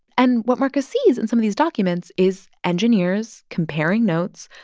and what markus sees in some of these documents is engineers comparing notes,